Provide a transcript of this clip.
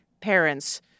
parents